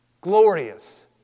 glorious